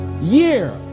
year